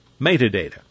metadata